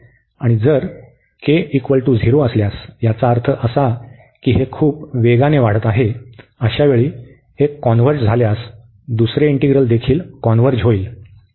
आणि जर असल्यास याचा अर्थ असा की हे खूप वेगाने वाढत आहे अशावेळी हे कॉन्व्हर्ज झाल्यास दुसरे इंटीग्रल देखील कॉन्व्हर्ज होईल